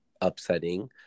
upsetting